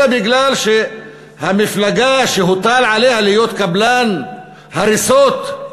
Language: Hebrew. אלא מכיוון שהמפלגה שהוטל עליה להיות קבלן הריסות,